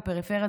בפריפריה,